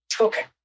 okay